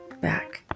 back